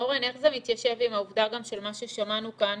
אורן, איך זה מתיישב עם העובדה של מה ששמענו כאן?